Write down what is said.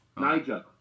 Niger